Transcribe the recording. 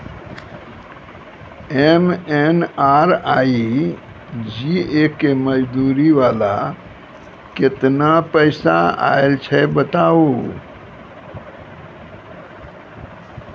MNREGA के मज़दूरी वाला केतना पैसा आयल छै बताबू?